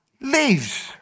leaves